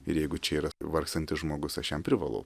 ir jeigu čia yra vargstantis žmogus aš jam privalau